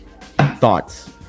thoughts